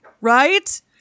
Right